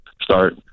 start